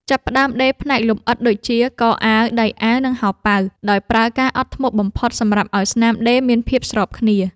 ចាប់ផ្ដើមដេរផ្នែកលម្អិតដូចជា កអាវ ដៃអាវ និងហោប៉ៅ ដោយប្រើកាអត់ធ្មត់បំផុតដើម្បីឱ្យស្នាមដេរមានភាពស្របគ្នា។